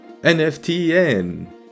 nftn